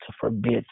forbid